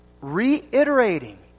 reiterating